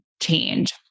change